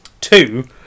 Two